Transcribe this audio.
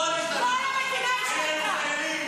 כל המדינה השתנתה.